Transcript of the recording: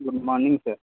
good morning sir